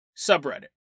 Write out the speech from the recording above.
subreddit